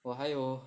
我还有